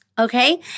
Okay